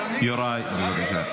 יוראי, בבקשה.